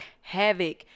havoc